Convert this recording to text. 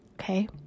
okay